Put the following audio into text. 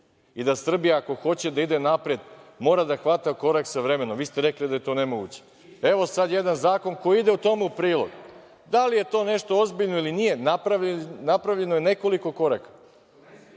i da Srbija, ako hoće da ide napred, mora da hvata korak sa vremenom. Vi ste rekli da je to nemoguće. Evo sada jedan zakon koji ide tome u prilog. Da li je to nešto ozbiljno ili nije, napravljeno je nekoliko koraka,